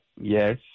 yes